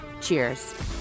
Cheers